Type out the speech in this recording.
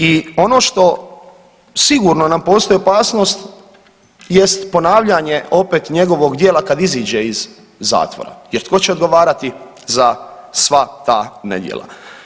I ono što sigurno nam postoji opasnost jest ponavljanje opet njegovog djela kad iziđe iz zatvora jer tko će odgovarati za sva ta nedjela.